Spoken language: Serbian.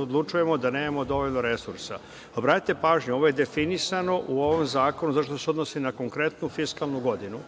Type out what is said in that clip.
odlučujemo da nemamo dovoljno resursa. Obratite pažnju ovo je definisano u ovom zakonu zato što se odnosi na konkretnu fiskalnu godinu.